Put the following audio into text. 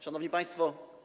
Szanowni Państwo!